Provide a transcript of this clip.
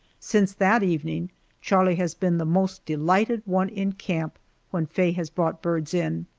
since that evening charlie has been the most delighted one in camp when faye has brought birds in.